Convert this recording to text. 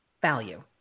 value